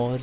اور